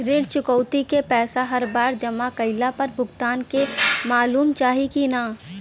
ऋण चुकौती के पैसा हर बार जमा कईला पर भुगतान के मालूम चाही की ना?